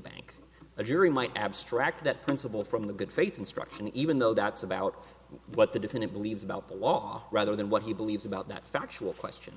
bank a jury might abstract that principle from the good faith instruction even though that's about what the defendant believes about the law rather than what he believes about that factual question